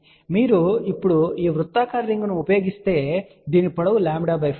కాబట్టి మీరు ఇప్పుడు వృత్తాకార రింగ్ ఉపయోగిస్తే దీని పొడవు λ 4